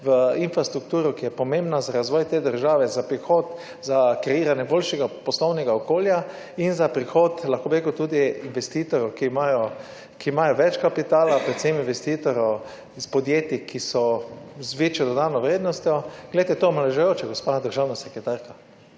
v infrastrukturo, ki je pomembna za razvoj te države za prihod, za kreiranje boljšega poslovnega okolja in za prihod tudi investitorjev, ki imajo več kapitala, predvsem investitorjev iz podjetij, ki so z večjo dodano vrednostjo, poglejte, je to omalovažujoče, gospa državna sekretarka